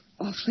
awfully